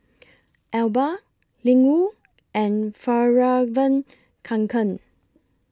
Alba Ling Wu and Fjallraven Kanken